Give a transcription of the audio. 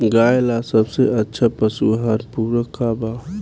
गाय ला सबसे अच्छा पशु आहार पूरक का बा?